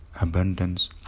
abundance